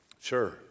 Sure